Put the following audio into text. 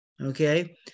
Okay